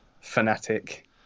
fanatic